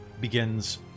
begins